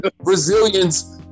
brazilians